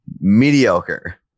Mediocre